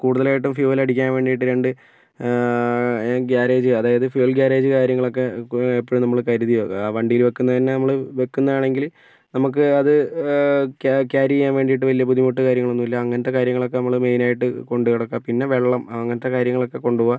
കൂടുതലായിട്ടും ഫ്യുവൽ അടിക്കാൻ വേണ്ടിയിട്ട് രണ്ട് ഗ്യാരേജ് അതായത് ഫ്യുവൽ ഗാരേജ് കാര്യങ്ങളൊക്കെ എപ്പോഴും നമ്മള് കരുതി വണ്ടിയില് വെക്കുന്നത് തന്നെ നമ്മൾ വയ്ക്കുന്നതാണെങ്കിൽ നമുക്ക് അത് ക്യാരി ചെയ്യാൻ വേണ്ടിയിട്ട് വലിയ ബുദ്ധിമുട്ട് കാര്യങ്ങളും ഒന്നുമില്ല അങ്ങനത്തെ കാര്യങ്ങളൊക്കെ നമ്മള് മെയിനായിട്ട് കൊണ്ട് നടക്കുക പിന്നെ വെള്ളം അങ്ങനത്തെ കാര്യങ്ങളൊക്കെ കൊണ്ടുപോകുക